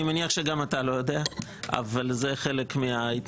אני מניח שגם אתה לא יודע אבל זה חלק מההתנהלות.